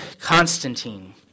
Constantine